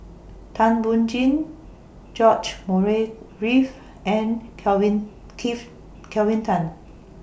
Thum Ping Tjin George Murray Reith and Kelvin Kelvin Tan